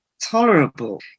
tolerable